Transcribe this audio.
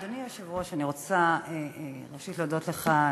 אדוני היושב-ראש, אני רוצה ראשית להודות לך.